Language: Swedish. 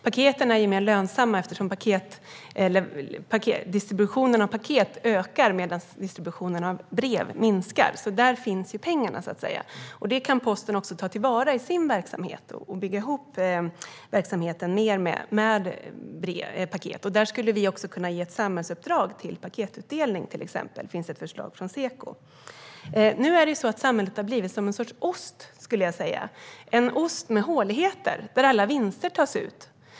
Paket är mer lönsamma eftersom distributionen av paket ökar medan distributionen av brev minskar. Där finns ju pengarna, så att säga. Detta kan posten också ta till vara i sin verksamhet genom att bygga ihop verksamheten mer med paket. Vi skulle också kunna ge ett samhällsuppdrag när det gäller paketutdelning till exempel - det finns ett förslag från Seko. Samhället har blivit som en ost, skulle jag säga. Det är en ost med håligheter, där alla vinster tas ut.